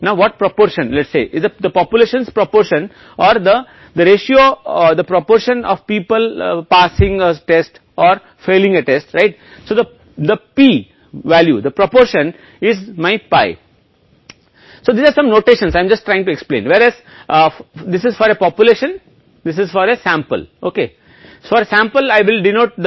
अब किस अनुपात को कहते हैं जनसंख्या अनुपात या लोगों का अनुपात एक परीक्षण पास करना या अटेस्ट करना है इसलिए पी मान अनुपात हो सकता है इसलिए जिन व्याख्याओं को समझने की कोशिश है वे इस जनसंख्या के लिए हैं क्योंकि यह एक नमूना के लिए है एक्स बार के रूप में माध्य को निरूपित करेंगे और यहां इसे पी द्वारा निरूपित करेंगे इसलिए पी नमूना अनुपात है